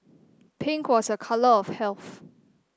pink was a colour of health